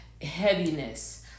heaviness